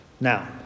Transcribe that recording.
Now